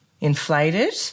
inflated